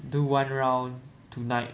do one round tonight